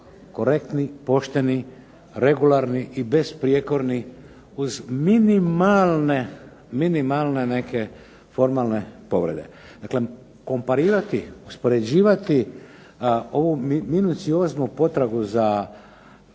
Korektni, pošteni, regularni i besprijekorni uz minimalne neke formalne povrede. Dakle, komparirati, uspoređivati ovu minucioznu potragu za,